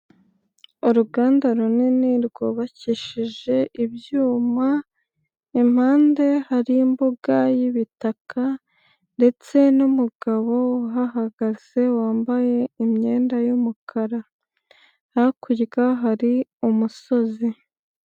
Uruganda runini rwubakishije ibyuma, impande hari imbuga y'ibitaka, ndetse n'umugabo uhagaze wambaye imyenda y'umukara, hakurya hari umusozi.